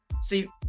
See